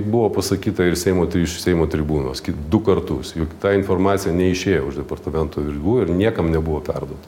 buvo pasakyta ir seimo iš seimo tribūnos kit du kartus juk ta informacija neišėjo už departamento ribų ir niekam nebuvo perduota